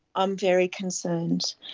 i'm very concerned.